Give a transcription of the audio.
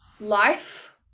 life